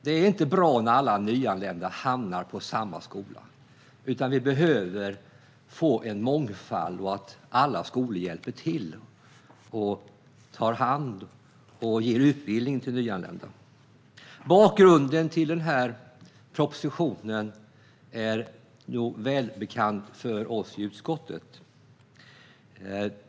Det är inte bra när alla nyanlända hamnar på samma skola, utan vi behöver få en mångfald, och det krävs att alla skolor hjälper till och tar hand om och ger utbildning till nyanlända. Bakgrunden till propositionen är välbekant för oss i utskottet.